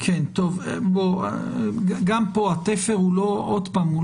גם פה התפר, עוד פעם,